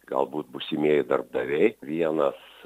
galbūt būsimieji darbdaviai vienas